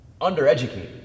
undereducated